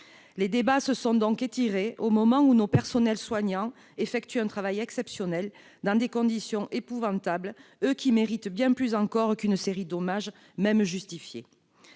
Les débats se sont donc étirés au moment où nos personnels soignants effectuent un travail exceptionnel, dans des conditions épouvantables, eux qui méritent bien plus qu'une série d'hommages, même justifiés.